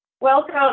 Welcome